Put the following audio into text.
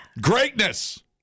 Greatness